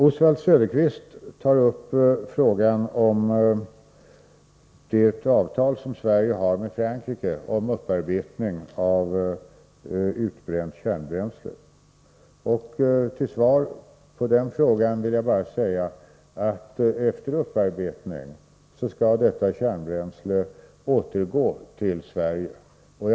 J vad Söderqvist SE upp frågan OR Fersnysal som Sverige har med Om åtgärder mot Frankrike om upparbetning av utbränt kärnbränsle. Till svar på den frågan - s 2 ,: ER kärnvapenproveni vill jag bara säga att efter upparbetning skall detta kärnbränsle återgå till Stilla havet Sverige.